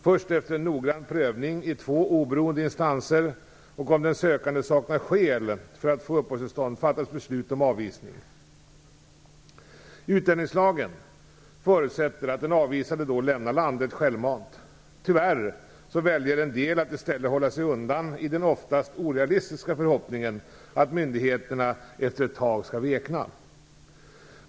Först efter en noggrann prövning i två oberoende instanser och om den sökande saknar skäl för att få uppehållstillstånd fattas beslut om avvisning. Utlänningslagen förutsätter att den avvisade då lämnar landet självmant. Tyvärr väljer en del att i stället hålla sig undan i den oftast orealistiska förhoppningen att myndigheterna efter ett tag skall vekna.